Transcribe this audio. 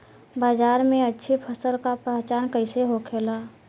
बाजार में अच्छी फसल का पहचान कैसे होखेला?